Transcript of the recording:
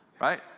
right